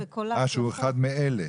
שהוא אחד מאלה.